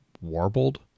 warbled